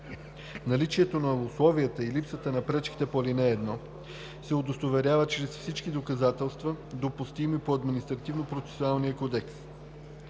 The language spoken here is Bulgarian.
Наличието на условията и липсата на пречките по ал. 1 се удостоверяват чрез всички доказателствени средства, допустими по Администативнопроцесуалния кодекс.